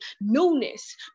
Newness